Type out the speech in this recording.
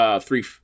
three